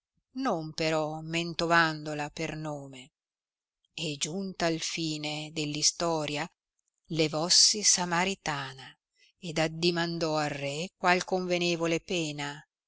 non però mentovandola per nome e giunta al fine dell istoria levossi samaritana ed addimandò al re qual convenevole pena